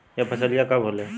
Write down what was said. यह फसलिया कब होले?